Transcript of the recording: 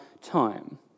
time